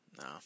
no